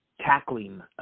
tackling